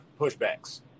Pushbacks